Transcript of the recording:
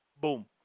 Boom